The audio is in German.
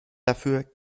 dafür